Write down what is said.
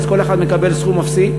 כי אז כל אחד מקבל סכום אפסי.